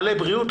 מלא בריאות,